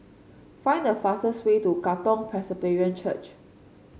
find the fastest way to Katong Presbyterian Church